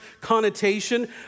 connotation